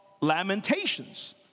lamentations